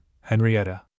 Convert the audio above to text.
Henrietta